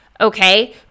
okay